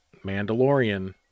Mandalorian